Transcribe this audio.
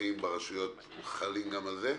לפקחים ברשויות, חלים גם על זה?